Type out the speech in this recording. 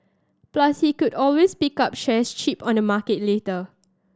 plus he could always pick up shares cheap on the market later